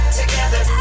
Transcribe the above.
together